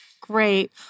Great